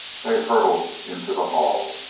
they hurtled into the hall.